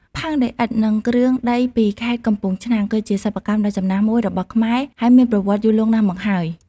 ផើងដីឥដ្ឋ និងគ្រឿងដីពីខេត្តកំពង់ឆ្នាំង គឺជាសិប្បកម្មដ៏ចំណាស់មួយរបស់ខ្មែរ ហើយមានប្រវត្តិយូរលង់ណាស់មកហើយ។